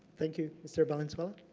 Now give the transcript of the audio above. thank you. mr. valenzuela.